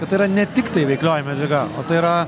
kad tai yra ne tiktai veiklioji medžiaga o tai yra